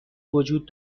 وجود